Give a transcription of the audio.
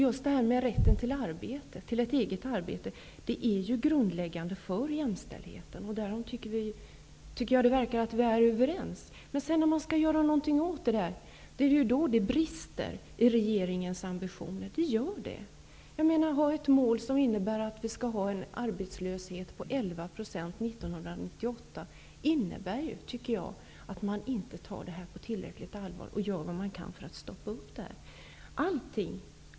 Just rätten till ett eget arbete är ju grundläggande för jämställdheten. I det avseendet tycker jag att vi verkar vara överens. Men när man sedan skall göra någonting åt detta brister det i regeringens ambitioner. Att ha ett mål som innebär att arbetslösheten skall vara 11 % 1998 innebär att man inte tar problemet på tillräckligt allvar och att man inte gör vad man kan för att stoppa upp detta.